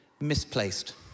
misplaced